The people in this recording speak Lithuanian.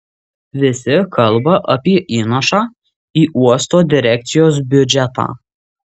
visi kalba apie įnašą į uosto direkcijos biudžetą